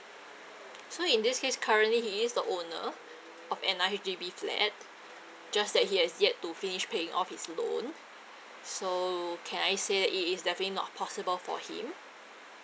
so in this case currently he is the owner of another H_D_B flat just that he has yet to finish paying off his loan so can I say it is definitely not possible for him